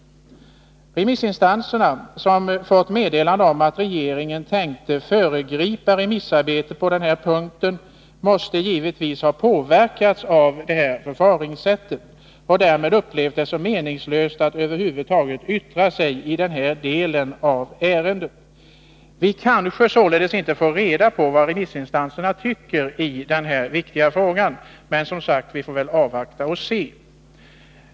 Remissinstanserna, som fått meddelande om att regeringen tänkte föregripa remissarbetet på denna punkt, måste givetvis ha påverkats av detta förfarande och därmed upplevt det som meningslöst att över huvud taget yttra sig i denna del av ärendet. Vi kanske således inte får reda på vad remissinstanserna tycker i denna viktiga fråga — vi får väl avvakta och se.